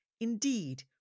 Indeed